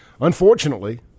unfortunately